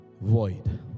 Void